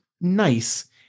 Nice